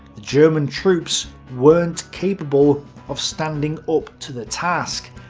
the german troops weren't capable of standing up to the task.